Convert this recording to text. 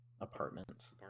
apartment